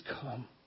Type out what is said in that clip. come